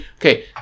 Okay